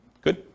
Good